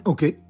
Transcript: Okay